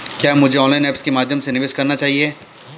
क्या मुझे online apps के माध्यम से निवेश करना चाहिए?